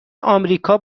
آمریکا